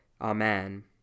Amen